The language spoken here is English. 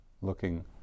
looking